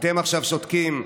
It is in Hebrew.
אתם עכשיו שותקים.